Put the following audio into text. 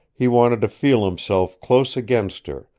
he wanted to feel himself close against her,